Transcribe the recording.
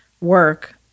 work